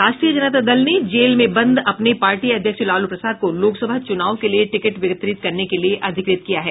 राष्ट्रीय जनता दल ने जेल में बंद अपने पार्टी अध्यक्ष लालू प्रसाद को लोकसभा चुनाव के लिए टिकट वितरित करने के लिए अधिकृत किया है